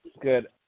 Good